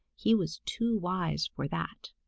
he was too wise for that.